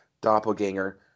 doppelganger